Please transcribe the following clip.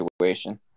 situation